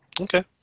Okay